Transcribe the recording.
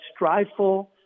strifeful